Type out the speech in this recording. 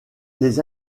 les